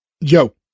Yo